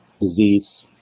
disease